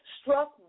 struck